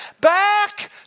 Back